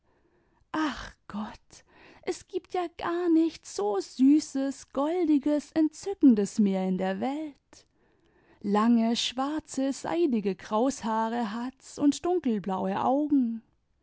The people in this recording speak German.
ach gott es gibt ja gar nicht so süßes goldiges entzückendes mehr in der weltl lange schwarze seidige kraushaare hat's und dunkelblaue augen